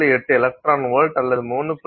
8 electron volt அல்லது 3